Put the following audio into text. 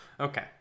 Okay